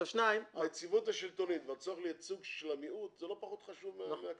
היציבות השלטונית והצורך לייצוג המיעוט לא פחות חשובים מהכסף הזה.